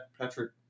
Patrick